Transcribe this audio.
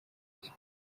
bye